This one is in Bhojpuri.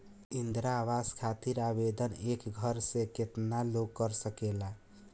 इंद्रा आवास खातिर आवेदन एक घर से केतना लोग कर सकेला?